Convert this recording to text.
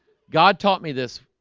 god taught me this.